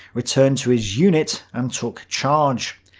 returned to his unit and took charge.